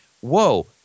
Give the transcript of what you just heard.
whoa